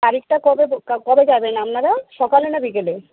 তারিখটা কবে কবে যাবেন আপনারা সকালে না বিকেলে